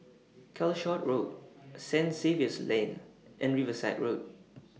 Calshot Road Saint Xavier's Lane and Riverside Road